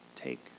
Take